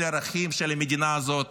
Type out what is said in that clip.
אלה הערכים של המדינה הזאת